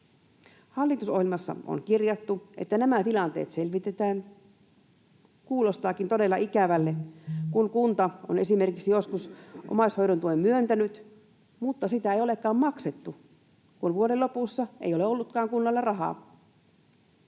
Hallitusohjelmassa on kirjattu, että nämä tilanteet selvitetään. Kuulostaakin todella ikävälle, kun kunta on esimerkiksi joskus omaishoidon tuen myöntänyt mutta sitä ei olekaan maksettu, kun vuoden lopussa ei kunnalla olekaan ollut rahaa.